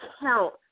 count